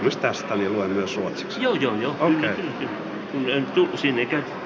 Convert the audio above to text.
jos tästä voi myös se vaalitoimitus alkoi